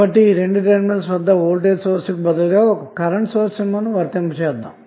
కాబట్టి ఈ రెండు టెర్మినల్స్ వద్ద వోల్టేజ్ సోర్స్ కి బదులుగాఒక కరెంటు సోర్స్ ని వర్తింపచేద్దాము